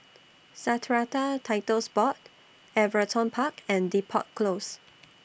Strata Titles Board Everton Park and Depot Close